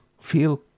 feel